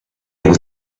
able